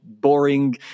boring